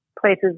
places